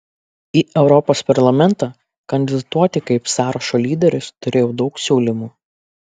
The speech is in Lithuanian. į europos parlamentą kandidatuoti kaip sąrašo lyderis turėjau daug siūlymų